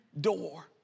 door